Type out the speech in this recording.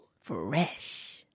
Fresh